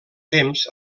temps